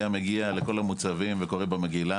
היה מגיע לכל המוצבים וקורא במגילה.